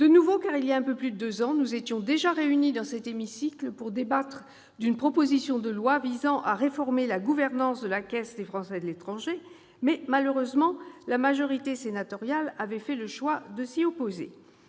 Il y a un peu plus de deux ans, nous étions déjà réunis dans cet hémicycle pour débattre d'une proposition de loi visant à réformer la gouvernance de la Caisse des Français de l'étranger, mais, malheureusement, la majorité sénatoriale avait fait le choix de s'opposer